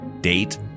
date